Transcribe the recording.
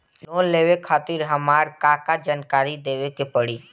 Loan लेवे खातिर हमार का का जानकारी देवे के पड़ी?